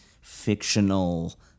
fictional